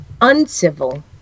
uncivil